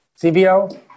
CBO